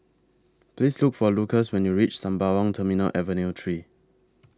Please Look For Lucas when YOU REACH Sembawang Terminal Avenue three